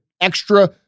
extra